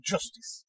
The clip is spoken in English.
Justice